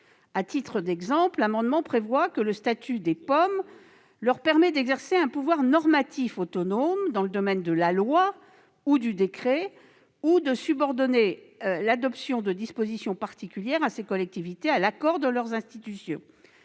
À titre d'exemple, les amendements visent à prévoir que le statut des POM leur permet d'exercer un pouvoir normatif autonome dans le domaine de la loi ou du décret, ou de subordonner l'adoption de dispositions particulières relatives à ces collectivités à l'accord de leurs institutions.